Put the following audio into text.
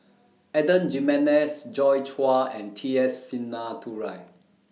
Adan Jimenez Joi Chua and T S Sinnathuray